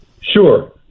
Sure